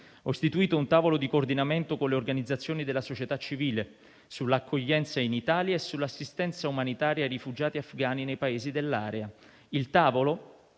Ho istituito un tavolo di coordinamento con le organizzazioni della società civile sull'accoglienza in Italia e sull'assistenza umanitaria ai rifugiati afghani nei Paesi dell'area. Il tavolo,